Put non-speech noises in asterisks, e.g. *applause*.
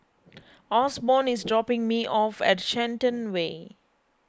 *noise* Osborn is dropping me off at Shenton Way